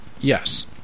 Yes